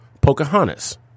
Pocahontas